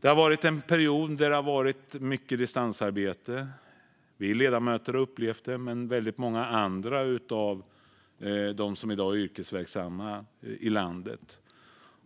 Det har varit en period med mycket distansarbete. Vi ledamöter har upplevt det, men det har också väldigt många andra av dem som i dag är yrkesverksamma i landet.